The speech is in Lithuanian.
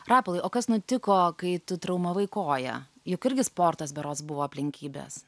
rapolai o kas nutiko kai tu traumavai koją juk irgi sportas berods buvo aplinkybės